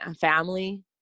family